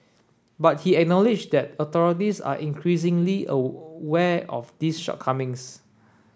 but he acknowledged that authorities are increasingly aware of these shortcomings